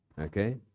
Okay